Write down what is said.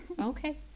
Okay